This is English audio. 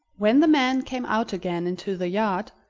when the man came out again into the yard,